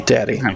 Daddy